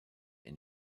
and